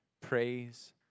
Praise